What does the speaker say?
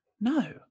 No